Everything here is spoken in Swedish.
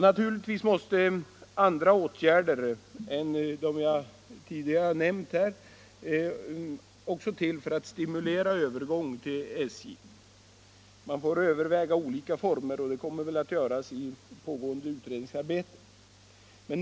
Naturligtvis måste andra åtgärder än de som jag tidigare har nämnt också till för att stimulera övergång till SJ. Man får överväga olika former för insatser, och det kommer väl att göras i pågående utredningsarbete.